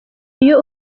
iyo